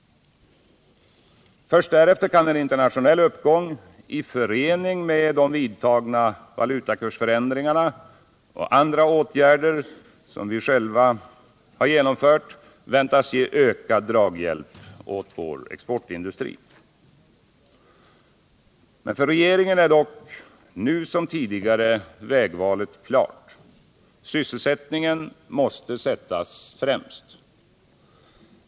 Först därefter kan en internationell uppgång i förening med de vidtagna valutakursförändringarna och andra åtgärder som vi själva har genomfört väntas ge ökad draghjälp åt exportindustrin. För regeringen är dock nu liksom tidigare vägvalet klart: sysselsättningen måste sättas främst.